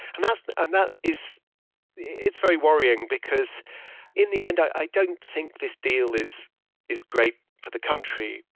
and that's and that is it's very worrying because in the end, i don't think this deal is is great for the country,